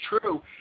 true